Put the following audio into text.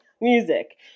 music